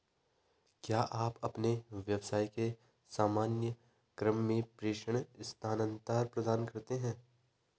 क्या आप अपने व्यवसाय के सामान्य क्रम में प्रेषण स्थानान्तरण प्रदान करते हैं?